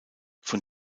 von